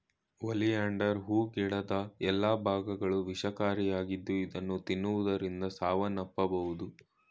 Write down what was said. oleander ಹೂ ಗಿಡದ ಎಲ್ಲಾ ಭಾಗಗಳು ವಿಷಕಾರಿಯಾಗಿದ್ದು ಇದನ್ನು ತಿನ್ನುವುದರಿಂದ ಸಾವನ್ನಪ್ಪಬೋದು